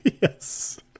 yes